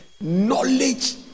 knowledge